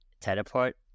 Teleport